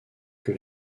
que